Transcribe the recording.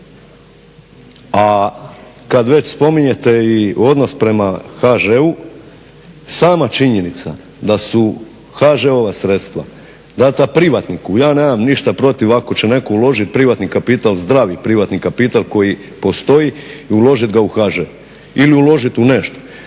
A kad već spominjete i odnos prema HŽ-u, sama činjenica da su HŽ-eova sredstva dana privatniku ja nemam ništa protiv ako će neko uložiti privatni kapital, zdravi privatni kapital koji postoji i uložit ga u HŽ ili uložit u nešto.